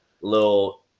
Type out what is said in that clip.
little –